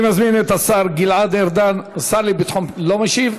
אני מזמין את השר גלעד ארדן, לא משיב?